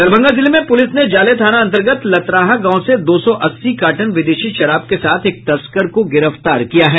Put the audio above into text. दरभंगा जिले में पुलिस ने जाले थाना अंतर्गत लतराहा गांव से दो सौ अस्सी कार्टन विदेशी शराब के साथ एक तस्कर को गिरफ्तार किया है